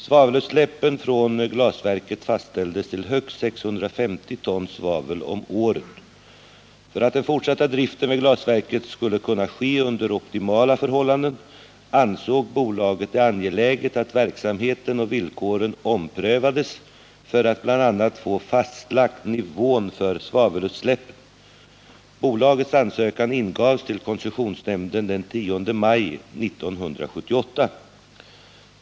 Svavelutsläppen från glasverket fastställdes till högst 650 ton svavel om året. För att den fortsatta driften vid glasverket skulle kunna ske under optimala förhållanden ansåg bolaget det angeläget, att verksamheten och villkoren omprövades för att bl.a. få fastlagt nivån för svavelutsläppen. Bolagets ansökan ingavs till koncessionsnämnden den 10 maj 1978.